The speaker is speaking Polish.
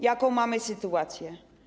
Jaką mamy sytuację?